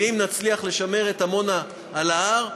ואם נצליח לשמר את עמונה על ההר,